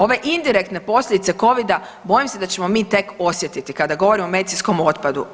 Ove indirektne posljedice covida bojim se da ćemo mi tek osjetiti kada govorimo o medicinskom otpadu.